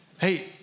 hey